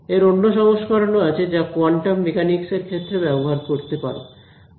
এর অন্য সংস্করণ ও আছে যা কোয়ান্টাম মেকানিক্স এর ক্ষেত্রে ব্যবহার করতে পারো